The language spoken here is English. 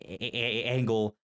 angle